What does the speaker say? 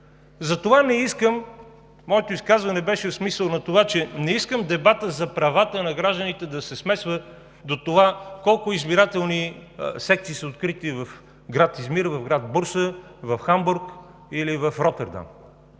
граждани. Моето изказване беше в смисъл на това, че не искам дебатът за правата на гражданите да се смесва до това колко избирателни секции са открити в град Измир, град Бурса, Хамбург или Ротердам.